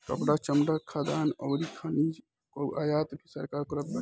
कपड़ा, चमड़ा, खाद्यान अउरी खनिज कअ आयात भी भारत करत बाटे